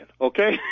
okay